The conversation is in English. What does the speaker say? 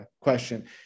question